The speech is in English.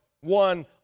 one